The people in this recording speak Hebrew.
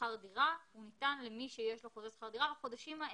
שכר הדירה ניתן למי שיש לו חוזה שכר דירה בחודשים האלו,